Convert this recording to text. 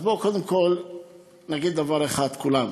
אז בואו קודם כול נגיד דבר אחד כולנו,